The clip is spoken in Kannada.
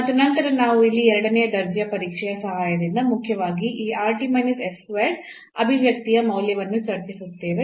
ಮತ್ತು ನಂತರ ನಾವು ಇಲ್ಲಿ ಎರಡನೇ ದರ್ಜೆಯ ಪರೀಕ್ಷೆಯ ಸಹಾಯದಿಂದ ಮುಖ್ಯವಾಗಿ ಈ ಅಭಿವ್ಯಕ್ತಿಯ ಮೌಲ್ಯವನ್ನು ಚರ್ಚಿಸುತ್ತೇವೆ